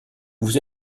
vous